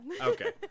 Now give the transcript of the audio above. Okay